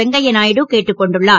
வெங்கய்யா நாயுடு கேட்டுக் கொண்டுள்ளார்